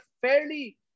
fairly